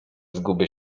zgubię